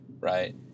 right